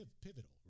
pivotal